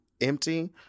empty